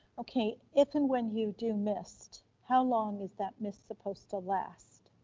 okay, if and when you do mist, how long is that mist supposed to last?